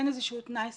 אין איזשהו תנאי סף,